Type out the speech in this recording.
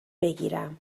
بکیرم